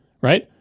right